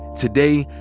today,